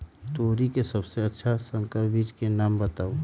तोरी के सबसे अच्छा संकर बीज के नाम बताऊ?